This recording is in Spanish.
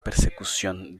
persecución